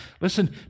Listen